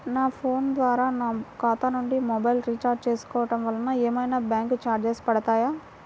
నా ఫోన్ ద్వారా నా ఖాతా నుండి మొబైల్ రీఛార్జ్ చేసుకోవటం వలన ఏమైనా బ్యాంకు చార్జెస్ పడతాయా?